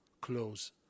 close